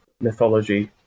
mythology